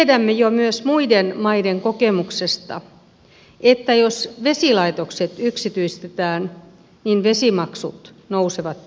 tiedämme jo myös muiden maiden kokemuksesta että jos vesilaitokset yksityistetään niin vesimaksut nousevat takuuvarmasti